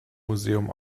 museum